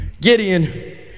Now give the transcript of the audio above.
Gideon